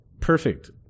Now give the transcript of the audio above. Perfect